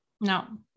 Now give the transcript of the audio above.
No